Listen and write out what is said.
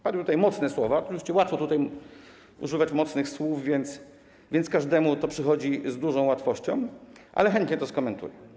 Padły mocne słowa, oczywiście łatwo tutaj używać mocnych słów, więc każdemu to przychodzi z dużą łatwością, ale chętnie to skomentuję.